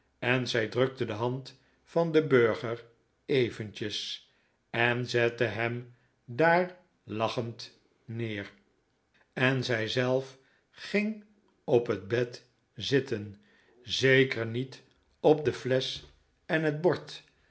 en zij drukte de hand van den burger eventjes en zette hem daar lachend neer en zijzelf ging op het bed zitten zeker niet op de flesch en het bord